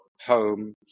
home